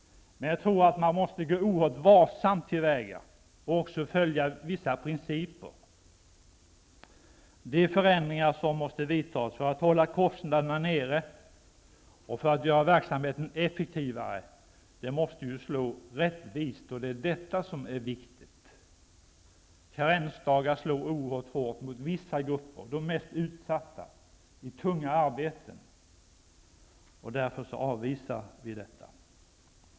Men man måste gå varsamt till väga och följa vissa principer. De förändringar som måste vidtas för att hålla kostnaderna nere och för att göra verksamheten effektivare måste slå rättvist. Det är detta som är viktigt. Karensdagar slår oerhört hårt mot vissa grupper,t.ex. de mest utsatta i tunga arbeten. Därför avvisar vi detta föslag.